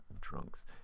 Drunks